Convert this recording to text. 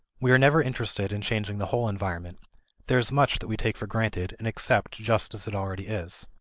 we are never interested in changing the whole environment there is much that we take for granted and accept just as it already is.